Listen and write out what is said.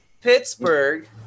Pittsburgh